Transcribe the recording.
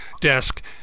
desk